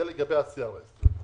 זה לגבי ה-CRS.